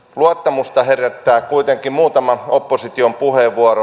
luottamusta herättää kuitenkin muutama opposition puheenvuoro